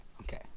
okay